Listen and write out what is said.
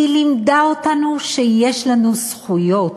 היא לימדה אותנו שיש לנו זכויות,